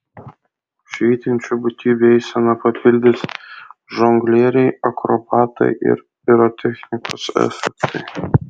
švytinčių būtybių eiseną papildys žonglieriai akrobatai ir pirotechnikos efektai